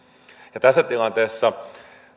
tässä tilanteessa